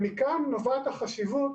מכאן נובעת החשיבות